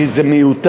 כי זה מיותר.